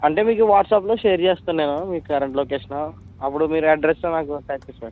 అంటే మీకు ఇప్పుడు వాట్సాప్లో షేర్ చేస్తాను నేను మీకు కరెంటు లొకేషన్ అప్పుడు మీరు అడ్రస్ నాకు